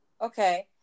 okay